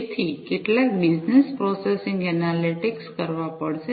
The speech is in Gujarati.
તેથી કેટલાક બિઝનેસ પ્રોસેસિંગ એનાલિટિક્સ કરવા પડશે